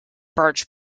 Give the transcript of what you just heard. birch